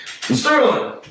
Sterling